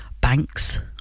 Banks